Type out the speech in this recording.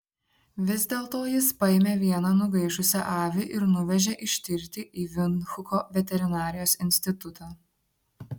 vis dėlto jis paėmė vieną nugaišusią avį ir nuvežė ištirti į vindhuko veterinarijos institutą